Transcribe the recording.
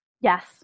Yes